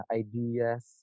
ideas